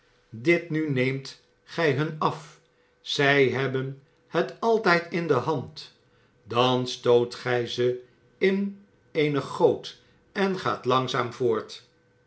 dit nu neemt gij hun af zij hebben het altijd in de hand dan stoot gij ze in eene goot en gaat langzaam voort